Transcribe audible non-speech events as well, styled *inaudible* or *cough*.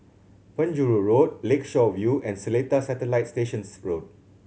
Penjuru Road Lakeshore View and Seletar Satellite Station *unintelligible* Road